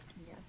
Yes